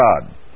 God